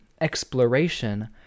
exploration